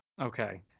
Okay